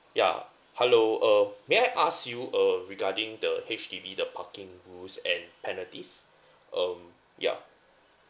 ya hello uh may I ask you uh regarding the H_D_B the parking rules and penalties um yeah